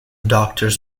doctors